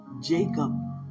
Jacob